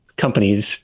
companies